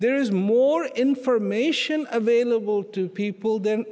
there is more information available to people th